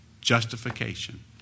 justification